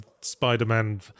Spider-Man